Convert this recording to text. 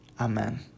Amen